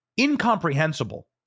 incomprehensible